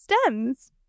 stems